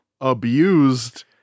abused